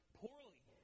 poorly